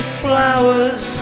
flowers